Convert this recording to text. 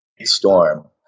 storm